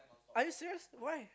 are you serious why